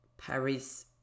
Paris